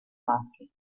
maschi